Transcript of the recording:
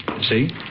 See